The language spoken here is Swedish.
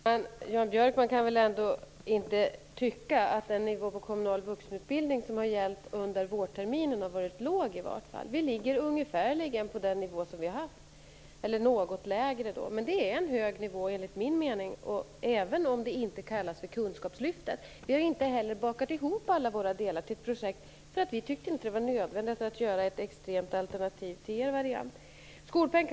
Herr talman! Jan Björkman kan väl ändå inte tycka att den nivå på kommunal vuxenutbildning som har gällt under vårterminen har varit låg? Vi ligger på ungefär den nivån, eller något lägre. Enligt min mening är det en hög nivå, även om det inte kallas för kunskapslyftet. Vi har inte heller bakat ihop alla våra delar till ett projekt, därför att vi inte tyckte att det var nödvändigt att göra ett extremt alternativ till socialdemokraternas variant.